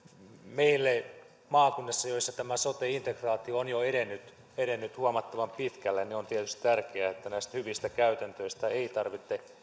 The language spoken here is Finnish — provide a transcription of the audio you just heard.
meille maakunnissa joissa tämä sote integraatio on jo edennyt edennyt huomattavan pitkälle on tietysti tärkeää että näistä hyvistä käytännöistä ei tarvitse